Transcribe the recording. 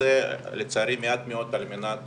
ונעשה לצערי מעט מאוד על מנת